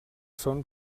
són